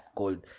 cold